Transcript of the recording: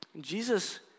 Jesus